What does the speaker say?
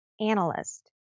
analyst